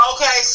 Okay